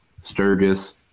Sturgis